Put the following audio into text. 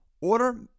Order